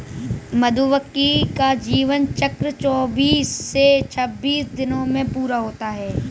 मधुमक्खी का जीवन चक्र चौबीस से छब्बीस दिनों में पूरा होता है